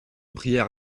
prière